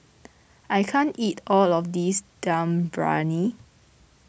I can't eat all of this Dum Briyani